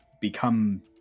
become